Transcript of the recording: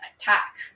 attack